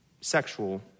sexual